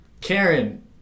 Karen